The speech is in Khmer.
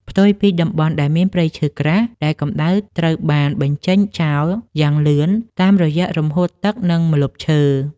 ផ្ទុយពីតំបន់ដែលមានព្រៃឈើក្រាស់ ដែលកម្ដៅត្រូវបានបញ្ចេញចោលយ៉ាងលឿនតាមរយៈរំហួតទឹក និងម្លប់ឈើ។